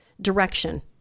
direction